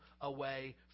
away